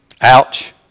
Ouch